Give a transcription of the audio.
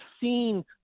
seen